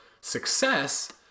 success